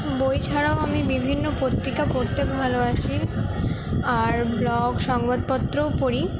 বই ছাড়াও আমি বিভিন্ন পত্রিকা পড়তে ভালোবাসি আর ব্লগ সংবাদপত্রও পড়ি